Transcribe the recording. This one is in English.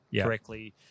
correctly